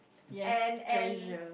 and and